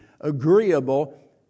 agreeable